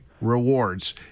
rewards